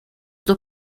dos